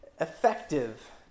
effective